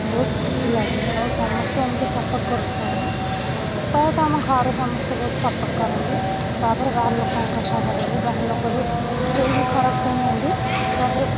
ବହୁତ ଖୁସି ଲାଗେ ଆଉ ସମସ୍ତେ ଏମିତ ସପୋର୍ଟ କରୁଥିବାରୁ ପ୍ରାୟତଃ ଆମ ଘରେ ସମସ୍ତେ ବହୁତ ସପୋର୍ଟ କରନ୍ତି ତାପରେ ବାହାର ଲୋକଙ୍କ କଥା କହିବି ବାହାର ଲୋକ ବି କେହିବି ଖରାପ କହିନାହାଁନ୍ତି ତାପରେ